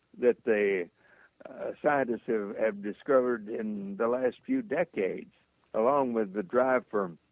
that they scientists have have discovered in the last few decades along with the drive from